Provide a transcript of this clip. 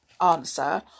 answer